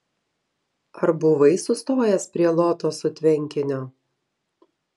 ar buvai sustojęs prie lotosų tvenkinio